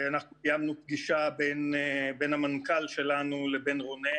אנחנו קיימנו פגישה בין המנכ"ל שלנו לבין רונן